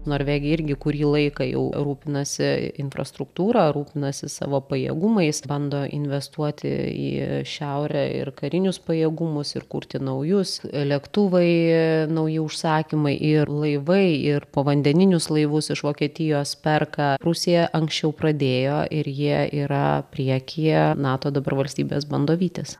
norvegija irgi kurį laiką jau rūpinasi infrastruktūra rūpinasi savo pajėgumais bando investuoti į šiaurę ir karinius pajėgumus ir kurti naujus lėktuvai nauji užsakymai ir laivai ir povandeninius laivus iš vokietijos perka rusija anksčiau pradėjo ir jie yra priekyje nato dabar valstybės bando vytis